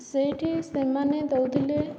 ସେଇଠି ସେମାନେ ଦେଉଥିଲେ